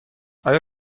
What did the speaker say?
آیا